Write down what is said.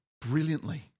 brilliantly